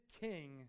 king